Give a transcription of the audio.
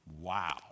Wow